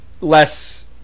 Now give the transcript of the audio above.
less